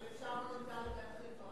אבל אפשר מנטלית להתחיל כבר עכשיו.